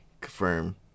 confirm